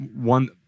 one